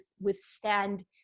withstand